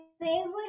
favorite